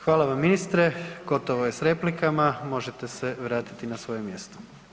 Hvala vam ministre, gotovo je s replikama, možete se vratiti na svoje mjesto.